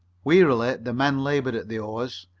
wearily the men labored at the oars.